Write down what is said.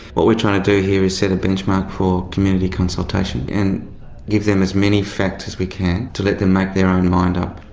what we're trying to do here is set a benchmark for community consultation, and give them as many facts as we can to let them make their own mind up.